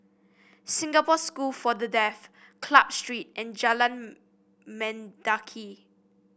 Singapore School for the Deaf Club Street and Jalan Mendaki